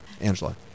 Angela